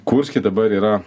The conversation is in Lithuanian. kurske dabar yra